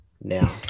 now